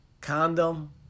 Condom